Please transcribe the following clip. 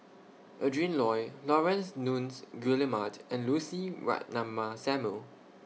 Adrin Loi Laurence Nunns Guillemard and Lucy Ratnammah Samuel